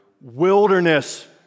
Wilderness